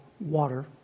water